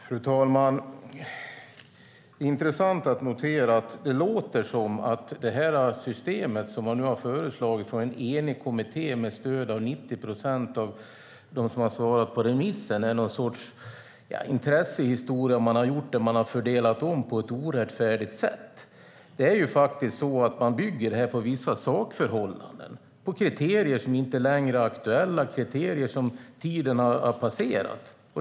Fru talman! Jag noterar, vilket är intressant, att det låter som om det system som nu föreslås av en enig kommitté, med stöd av 90 procent av dem som svarat på remissen, är någon sorts intressehistoria där man omfördelat på ett orättfärdigt sätt. Man bygger det faktiskt på vissa sakförhållanden, på kriterier som inte längre är aktuella, på kriterier som tiden har passerat.